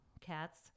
cats